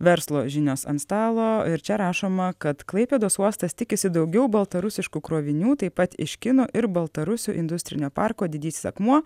verslo žinios ant stalo ir čia rašoma kad klaipėdos uostas tikisi daugiau baltarusiškų krovinių taip pat iš kino ir baltarusių industrinio parko didysis akmuo